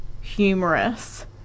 humorous